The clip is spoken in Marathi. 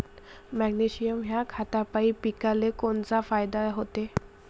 मॅग्नेशयम ह्या खतापायी पिकाले कोनचा फायदा होते?